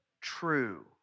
true